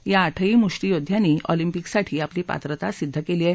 या आठही मुष्ठीयोद्ध्यांनी ऑलिंपिकसाठी आपली पात्रता सिद्ध केली आहे